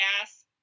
gas